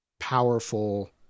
powerful